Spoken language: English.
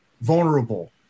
vulnerable